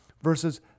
versus